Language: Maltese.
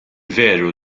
veru